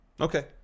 Okay